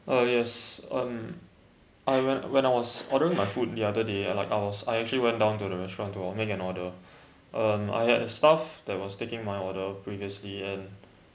uh yes um I went when I was ordering my food the other day I like was I actually went down to the restaurant to make an order um I had a staff that was taking my order previously and